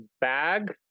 bag